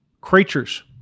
creatures